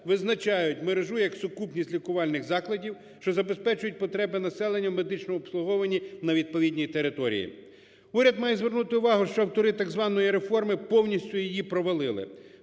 визначає мережу як сукупність лікувальних закладів, що забезпечують потреби населення в медичному обслуговуванні на відповідній території. Уряд має звернути увагу, що автори так званої реформи повністю її провалили.